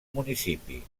municipi